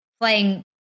playing